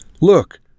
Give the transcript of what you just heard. Look